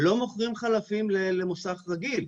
לא מוכרים חלפים למוסך רגיל.